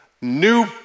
new